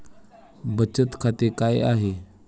बचत खाते काय आहे?